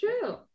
true